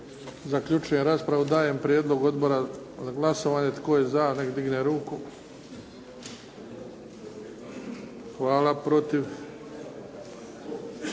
Zaključujem raspravu. Dajem prijedlog odbora na glasovanje. Tko je za nek digne ruku. Hvala. Protiv?